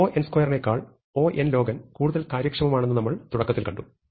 O നെക്കാൾ O കൂടുതൽ കാര്യക്ഷമമാണെന്ന് നമ്മൾ തുടക്കത്തിൽ കണ്ടു